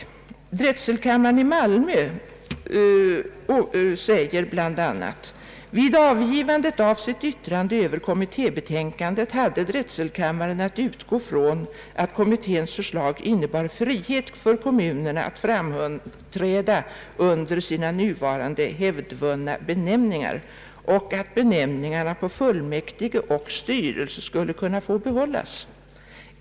Drätselkammaren i Malmö anför bl.a.: »Vid avgivandet av sitt yttrande över kommittébetänkandet hade drätselkammaren att utgå från att kommitténs förslag innebar frihet för kommunerna att framträda under sina nuvarande hävdvunna benämningar och att benämningarna på fullmäktige och styrelse skulle kunna behållas.